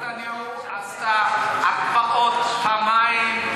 הממשלה בראשות נתניהו עשתה הקפאה פעמיים,